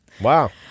Wow